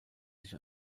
sich